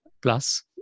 plus